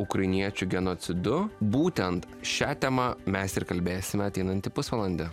ukrainiečių genocidu būtent šia tema mes ir kalbėsime ateinantį pusvalandį